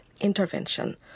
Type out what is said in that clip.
intervention